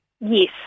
Yes